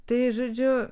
tai žodžiu